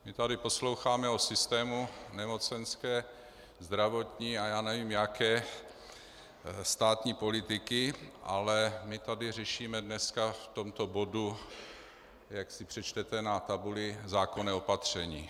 My tady posloucháme o systému nemocenské, zdravotní a já nevím jaké státní politiky, ale my tady řešíme dnes v tomto bodu, jak si přečtete na tabuli, zákonné opatření.